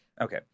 okay